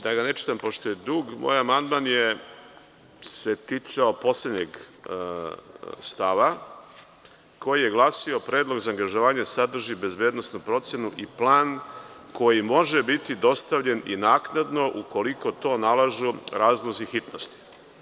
Da ga ne čitam, pošto je dug, moj amandman se ticao poslednjeg stava, koji je glasio – predlog za angažovanje sadrži bezbednosnu procenu i plan koji može biti dostavljen i naknadno ukoliko to nalažu razlozi hitnosti.